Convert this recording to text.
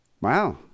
Wow